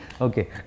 okay